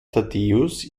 thaddäus